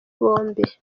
bombi